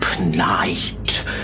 night